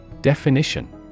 Definition